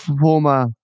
former